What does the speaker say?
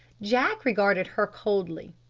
jack regarded her coldly.